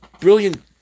brilliant